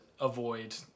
avoid